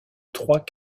trois